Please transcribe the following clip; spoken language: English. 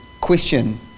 Question